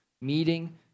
meeting